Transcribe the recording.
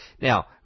now